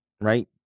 right